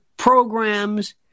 programs